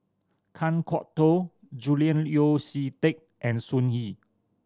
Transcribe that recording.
Kan Kwok Toh Julian Yeo See Teck and Sun Yee